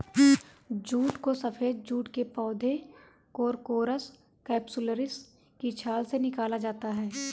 jute को सफेद जूट के पौधे कोरकोरस कैप्सुलरिस की छाल से निकाला जाता है